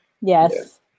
Yes